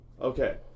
Okay